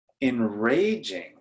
enraging